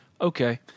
Okay